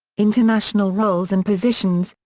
international roles and positions,